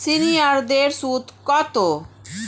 সিনিয়ারদের সুদ কত?